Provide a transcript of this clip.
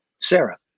Sarah